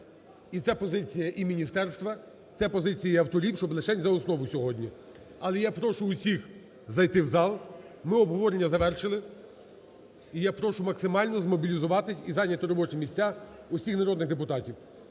І це позиція і міністерства, це позиція і авторів, щоб лишень за основу сьогодні. Але я прошу усіх зайти в зал. Ми обговорення завершили. І я прошу максимально змобілізуватись і зайняти робочі місця усіх народних депутатів.